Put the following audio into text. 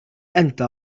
أنت